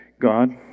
God